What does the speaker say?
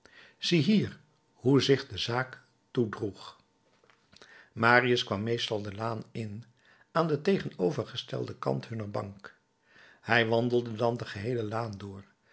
ziehier hoe zich de zaak toedroeg marius kwam meestal de laan in aan den tegenovergestelden kant hunner bank hij wandelde dan de geheele laan door